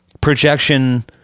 projection